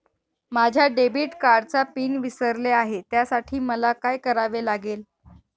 माझ्या डेबिट कार्डचा पिन विसरले आहे त्यासाठी मला काय करावे लागेल?